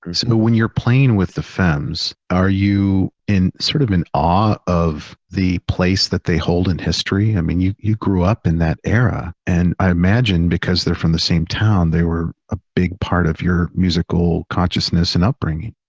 and but when you're playing with the femmes, are you in sort of in awe of the place that they hold in history? i mean you, you grew up in that era and i imagine because they're from the same town, they were a big part of your musical consciousness and upbringing.